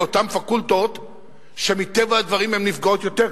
באותן פקולטות שמטבע הדברים הן נפגעות יותר,